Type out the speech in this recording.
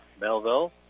Melville